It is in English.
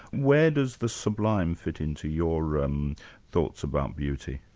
where does the sublime fit in to your um thoughts about beauty?